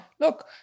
Look